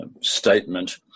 statement